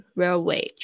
railway